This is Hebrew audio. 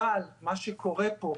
אבל מה שקורה פה,